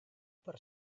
per